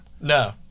No